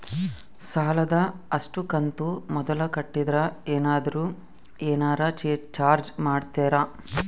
ಸಾಲದ ಅಷ್ಟು ಕಂತು ಮೊದಲ ಕಟ್ಟಿದ್ರ ಏನಾದರೂ ಏನರ ಚಾರ್ಜ್ ಮಾಡುತ್ತೇರಿ?